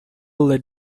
let